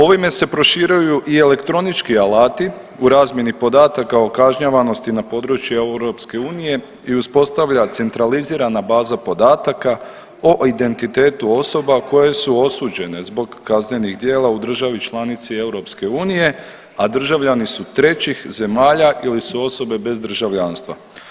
Ovime se proširuju i elektronički alati u razmjeni podataka o kažnjavanosti na području EU i uspostavlja centralizirana baza podataka o identitetu osoba koje su osuđene zbog kaznenih djela u državi članici EU, a državljani su trećih zemalja ili su osobe bez državljanstva.